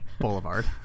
Boulevard